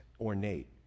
ornate